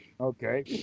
Okay